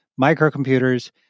microcomputers